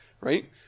right